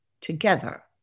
together